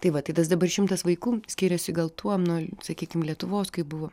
tai va tai tas dabar šimtas vaikų skiriasi gal tuo nuo sakykim nuo lietuvos kai buvo